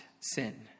sin